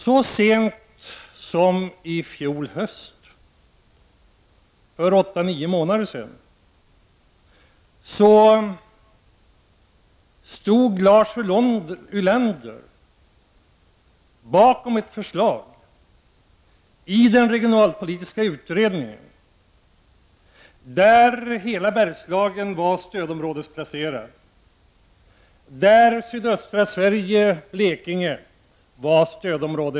Så sent som i fjol höst, för 8-9 månader sedan, stod Lars Ulander bakom ett förslag i den regionalpolitiska utredningen, där hela Bergslagen var stödområdesplacerat, likaså sydöstra Sverige, Blekinge.